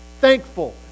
Thankful